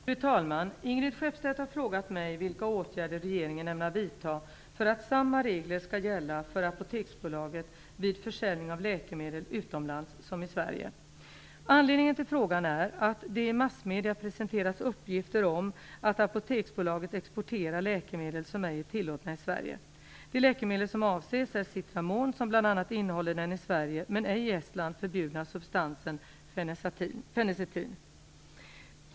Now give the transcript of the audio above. Fru talman! Ingrid Skeppstedt har frågat mig vilka åtgärder regeringen ämnar vidta för att samma regler skall gälla för Apoteksbolaget vid försäljning av läkemedel utomlands som i Sverige. Anledningen till frågan är att det i massmedierna presenterats uppgifter om att Apoteksbolaget exporterar läkemedel som ej är tillåtna i Sverige. Det läkemedel som avses är Citramon, som bl.a. innehåller den i Sverige, men ej i Estland, förbjudna substansen fenacetin.